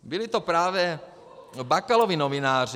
Byli to právě Bakalovi novináři...